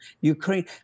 Ukraine